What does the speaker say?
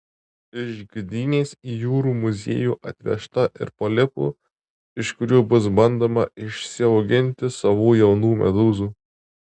iš gdynės į jūrų muziejų atvežta ir polipų iš kurių bus bandoma išsiauginti savų jaunų medūzų